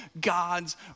God's